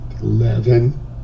Eleven